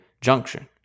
junction